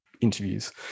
interviews